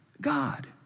God